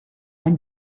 ein